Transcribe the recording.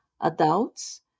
adults